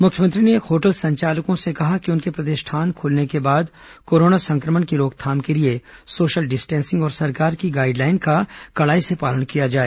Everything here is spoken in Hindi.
मुख्यमंत्री ने होटल संचालकों से कहा कि उनके प्रतिष्ठान खुलने के बाद कोरोना संक्रमण की रोकथाम के लिए सोशल डिस्टेंसिंग और सरकार की गाइडलाइन का कड़ाई से पालन किया जाए